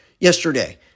yesterday